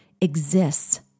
exists